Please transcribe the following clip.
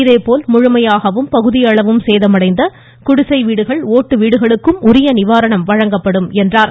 இதேபோல் முழுமையாகவும் பகுதியளவும் சேதமடைந்த குடிசை வீடுகள் ஒட்டு வீடுகளுக்கு உரிய நிவாரணம் வழங்கப்படும் என கூறினார்